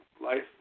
life